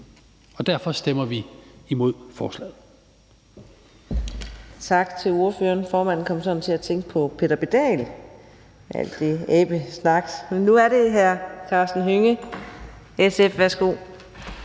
og derfor stemmer vi imod forslaget.